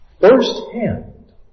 firsthand